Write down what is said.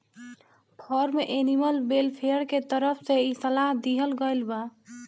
form animal welfare के तरफ से इ सलाह दीहल गईल बा